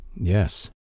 Yes